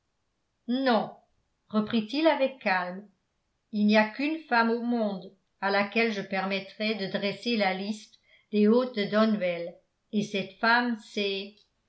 non reprit-il avec calme il n'y a qu'une femme au monde à laquelle je permettrai de dresser la liste des hôtes de donwell et cette femme